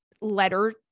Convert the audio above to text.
letter